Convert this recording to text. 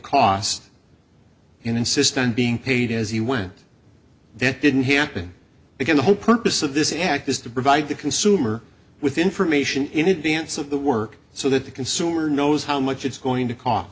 cost and insist on being paid as he went then didn't happen again the whole purpose of this act is to provide the consumer with information in advance of the work so that the consumer knows how much it's going to cost